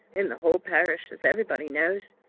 in the whole parish, as every body knows,